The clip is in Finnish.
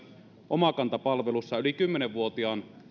omakanta palvelussa yli kymmenenvuotiaan